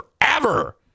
forever